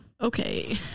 okay